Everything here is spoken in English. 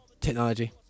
technology